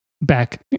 back